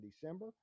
December